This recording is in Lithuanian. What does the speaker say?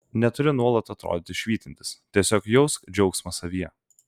neturi nuolat atrodyti švytintis tiesiog jausk džiaugsmą savyje